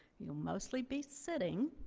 you'll mostly be sitting,